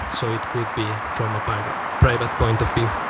so it could be from a private private point of view.